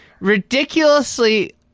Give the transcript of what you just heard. Ridiculously